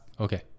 Okay